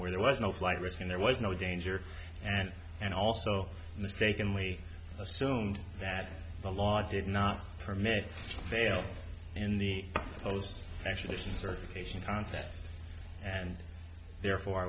where there was no flight risk and there was no danger and and also mistakenly assumed that the law did not permit bail in the polls actually certification contests and therefore i